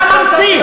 אתה ממציא.